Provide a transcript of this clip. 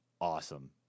awesome